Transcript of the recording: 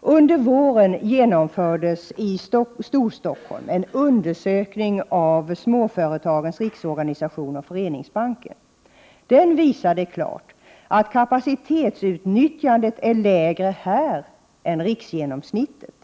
Under våren genomfördes i Storstockholm en undersökning av Småföretagens Riksorganisation och Föreningsbanken. Den visade klart att kapacitetsutnyttjandet är lägre här än riksgenomsnittet.